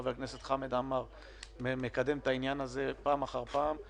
חבר הכנסת חמד עמאר מקדם את העניין הזה פעם אחר פעם.